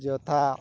ଯଥା